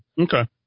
Okay